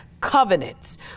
covenants